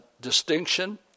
distinction